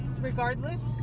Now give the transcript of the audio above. regardless